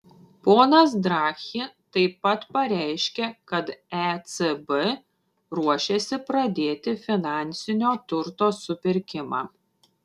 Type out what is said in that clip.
ponas draghi taip pat pareiškė kad ecb ruošiasi pradėti finansinio turto supirkimą